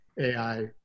AI